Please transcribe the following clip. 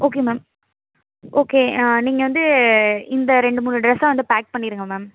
okay ma'am okay நீங்கள் வந்து இந்த ரெண்டு மூணு ட்ரெஸ்ஸை வந்து பேக் பண்ணியிருங்க மேம்